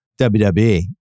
WWE